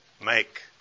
make